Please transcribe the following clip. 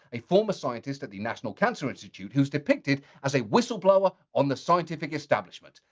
a former scientist at the national cancer institute, who's depicted as a whistle blower on the scientific establishment.